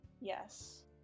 Yes